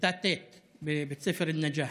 בכיתה ט' בבית הספר א-נג'אח.